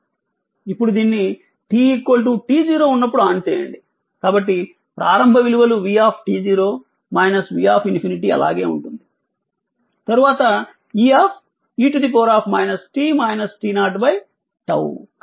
ఇప్పుడు దీన్ని t t0 ఉన్నప్పుడు ఆన్ చేయండి కాబట్టి ప్రారంభ విలువలు v v∞ అలాగే ఉంటుంది తరువాత e T